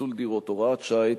פיצול דירות) (הוראת שעה),